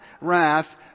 wrath